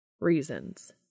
reasons